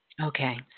Okay